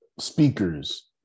speakers